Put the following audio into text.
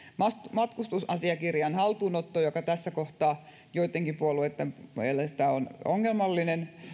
matkustusasiakirjan haltuunotto joka tässä kohtaa joittenkin puolueitten mielestä on ongelmallinen